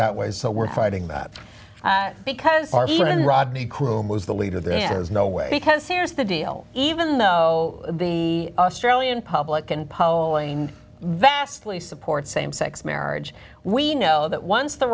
that way so we're fighting that because our man rodney croom was the leader there is no way because here's the deal even though the australian public can poing vastly support same sex marriage we know that once the